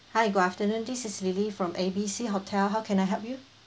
hi good afternoon this is lily from A B C hotel how can I help you